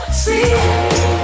see